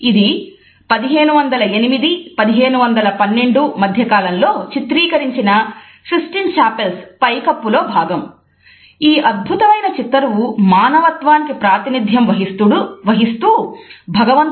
ఇది 1508 1512 మధ్యకాలంలో చిత్రీకరించిన సిస్టీన్ చాపెల్స్ పై కప్పులో భాగం